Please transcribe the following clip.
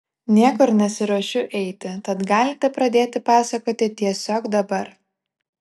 niekur nesiruošiu eiti tad galite pradėti pasakoti tiesiog dabar